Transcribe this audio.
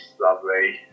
Lovely